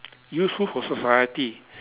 useful for society